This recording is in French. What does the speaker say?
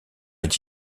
est